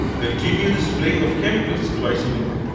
continue the spraying of chemicals twice a week.